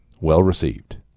well-received